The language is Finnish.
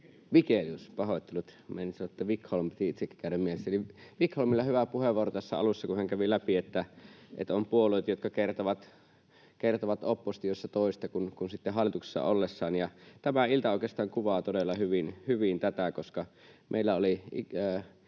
Vigelius!] — Pahoittelut. Meinasin sanoa, että Vikholm. Se kävi mielessäni. — Vikholmilla oli hyvä puheenvuoro tässä alussa, kun hän kävi läpi, että on puolueita, jotka kertovat oppositiossa toista kuin sitten hallituksessa ollessaan, ja tämä ilta oikeastaan kuvaa todella hyvin tätä, koska meillä oli